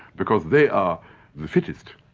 because they are the fittest',